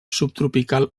subtropical